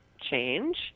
change